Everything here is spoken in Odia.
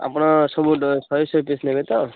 ଆପଣ ସବୁ ଶହେ ଶହେ ପିସ୍ ନେବେ ତ